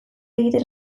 egiten